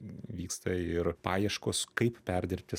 vyksta ir paieškos kaip perdirbti